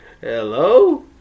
hello